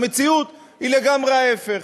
כשהמציאות היא לגמרי ההפך.